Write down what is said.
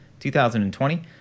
2020